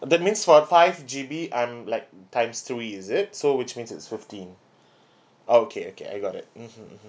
that means for five G_B I'm like times two is it so which means it's fifteen okay okay I got it mmhmm mmhmm